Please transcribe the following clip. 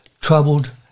troubled